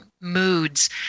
moods